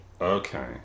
Okay